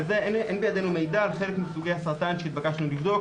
זה אין בידינו מידע על חלק מסוגי הסרטן שהתבקשנו לבדוק,